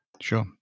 Sure